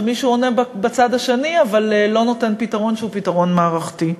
שמישהו עונה בצד השני אבל לא נותן פתרון שהוא פתרון מערכתי.